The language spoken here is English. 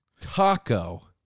taco